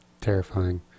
terrifying